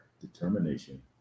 determination